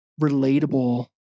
relatable